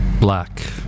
Black